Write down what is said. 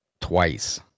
twice